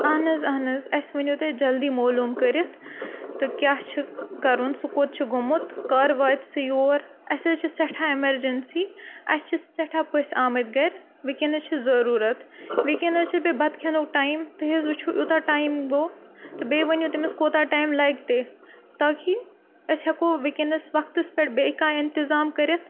اہن حظ اہن حظ اَسہِ ؤنِو تُہۍ جلدی معلوٗم کٔرِتھ تہٕ کیٛاہ چھُ کَرُن سُہ کوٚت چھُ گوٚمُت کَر واتہِ سُہ یور اَسہِ حظ چھِ سٮ۪ٹھاہ ایمَرجَنسی اَسہِ چھِ سٮ۪ٹھاہ پٔژھۍ آمٕتۍ گَرِ وٕنکٮ۪نَس چھِ ضٔروٗرت وٕنکٮ۪نَس چھِ بیٚیہِ بَتہٕ کھٮ۪نُک ٹایم تُہۍ حظ وٕچھو یوٗتاہ ٹایِم گوٚو تہٕ بیٚیہِ ؤنِو تٔمِس کوتاہ ٹایِم لَگہِ تہِ تاکہِ أسۍ ہیٚکو وٕنکٮ۪نَس وَقتَس پٮ۪ٹھ بیٚیہِ کانٛہہ اِنتِظام کٔرِتھ